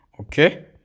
okay